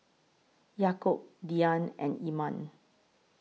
Yaakob Dian and Iman